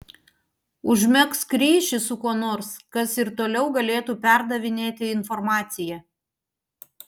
užmegzk ryšį su kuo nors kas ir toliau galėtų perdavinėti informaciją